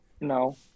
No